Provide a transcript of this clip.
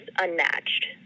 unmatched